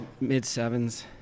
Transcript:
mid-sevens